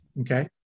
Okay